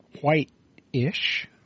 white-ish